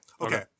Okay